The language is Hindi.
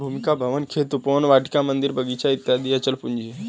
भूमि, भवन, खेत, उपवन, वाटिका, मन्दिर, बगीचा इत्यादि अचल पूंजी है